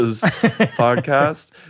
podcast